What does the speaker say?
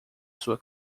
sua